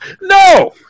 No